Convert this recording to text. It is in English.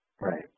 Right